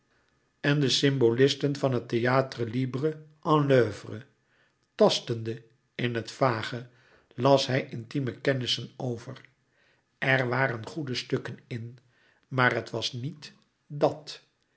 en de symbolisten van het theâtre libre en l'oeuvre tastende in het vage las hij intieme kennissen over er waren goede stukken in maar het was niet dàt